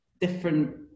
different